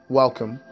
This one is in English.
welcome